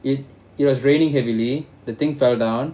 it it was raining heavily the thing fell down